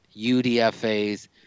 UDFAs